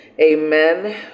Amen